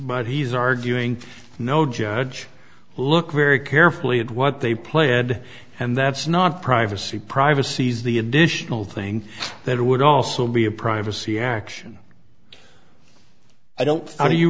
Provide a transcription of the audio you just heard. but he's arguing no judge look very carefully at what they pled and that's not privacy privacies the additional thing that would also be a privacy action i don't how do you